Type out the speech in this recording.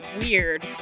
weird